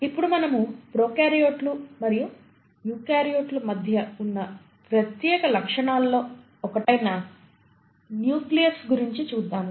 ఇప్పుడు మనము ప్రోకార్యోట్లు మరియు యూకార్యోట్లు మధ్య ఉన్న ప్రత్యేక లక్షణాల్లో ఒకటైన న్యూక్లియస్ గురించి చూద్దాము